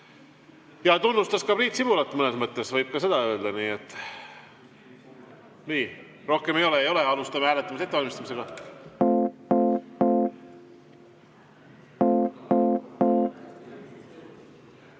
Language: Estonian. ta tunnustas ka Priit Sibulat mõnes mõttes, võib ka seda öelda. Nii. Rohkem ei ole? Ei ole. Alustame hääletamise ettevalmistamist.